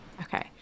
Okay